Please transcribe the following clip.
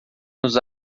nos